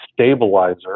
stabilizer